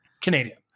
Canadian